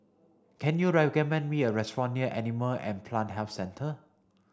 can you recommend me a restaurant near Animal and Plant Health Centre